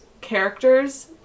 characters